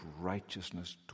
righteousness